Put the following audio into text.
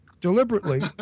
deliberately